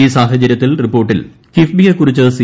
ഈ സാഹചര്യത്തിൽ റിപ്പോർട്ടിൽ കിഫ്ബിയെക്കുറിച്ച് സി